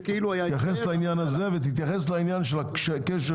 תתייחס לעניין הזה ותתייחס לעניין של הקשר